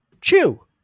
Chew